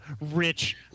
rich